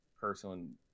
person